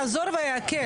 יעזור ויקל.